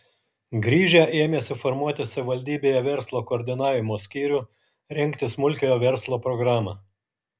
grįžę ėmėsi formuoti savivaldybėje verslo koordinavimo skyrių rengti smulkiojo verslo programą